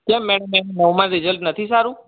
કેમ મેડમ એનું નવમાનું રિઝલ્ટ નથી સારું